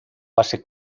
base